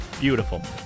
Beautiful